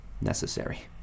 Necessary